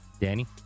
Danny